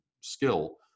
skill